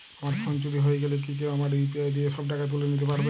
আমার ফোন চুরি হয়ে গেলে কি কেউ আমার ইউ.পি.আই দিয়ে সব টাকা তুলে নিতে পারবে?